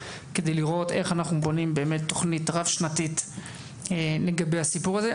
כדי לראות איך אנחנו בונים באמת תוכנית רב שנתית לגבי הסיפור הזה.